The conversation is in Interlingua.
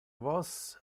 vos